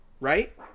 Right